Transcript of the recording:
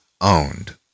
owned